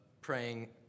praying